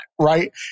right